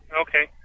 okay